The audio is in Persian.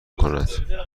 کند